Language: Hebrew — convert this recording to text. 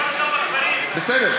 רועי, גם, בסדר.